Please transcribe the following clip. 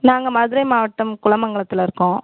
நாங்கள் மதுரை மாவட்டம் குளமங்கலத்தில் இருக்கோம்